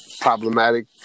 problematic